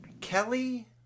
Kelly